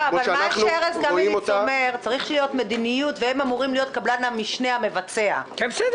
בשביל לשמוע שהמצב